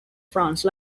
france